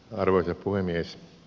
arvoisa puhemies